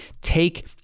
take